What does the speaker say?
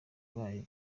bayo